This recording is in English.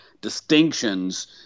distinctions